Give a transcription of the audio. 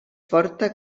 forta